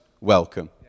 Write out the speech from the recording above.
welcome